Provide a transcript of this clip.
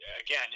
again